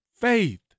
Faith